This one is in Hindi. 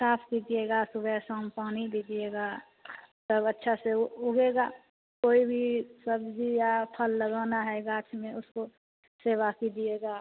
साफ कीजिएगा सुबह शाम पानी दीजिएगा तब अच्छा से वो उगेगा कोई वी सब्जी या फल लगाना है गाछ में उसको सेवा कीजिएगा